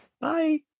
Bye